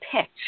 pitch